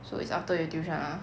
so is after your tuition ah